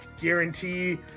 guarantee